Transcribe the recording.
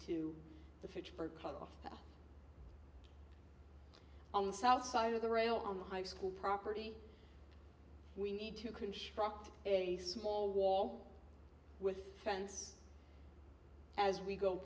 to the fitchburg cut off on the south side of the rail on the high school property we need to construct a small wall with fence as we go